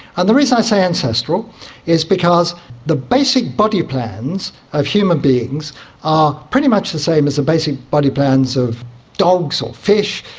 and the reason i say ancestral is because the basic body plans of human beings are pretty much the same as the basic body plans of dogs or fish,